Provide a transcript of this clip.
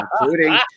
including